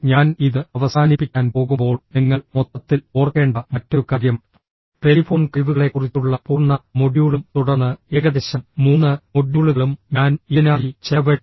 ഞാൻ ഇത് അവസാനിപ്പിക്കാൻ പോകുമ്പോൾ നിങ്ങൾ മൊത്തത്തിൽ ഓർക്കേണ്ട മറ്റൊരു കാര്യം ടെലിഫോൺ കഴിവുകളെക്കുറിച്ചുള്ള പൂർണ്ണ മൊഡ്യൂളും തുടർന്ന് ഏകദേശം മൂന്ന് മൊഡ്യൂളുകളും ഞാൻ ഇതിനായി ചെലവഴിച്ചു